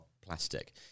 plastic